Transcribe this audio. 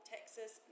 Texas